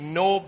no